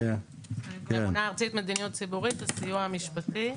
הסיוע המשפטי,